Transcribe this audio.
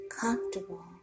comfortable